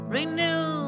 renew